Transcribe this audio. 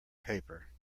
paper